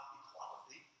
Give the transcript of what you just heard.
equality